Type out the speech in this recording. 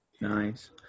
Nice